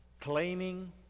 claiming